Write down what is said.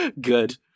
good